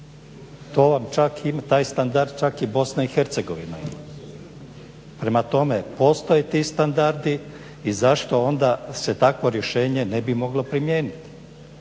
Pisano? Taj standard čak i BiH ima. Prema tome postoje ti standardi i zašto se onda takvo rješenje ne bi moglo primijeniti.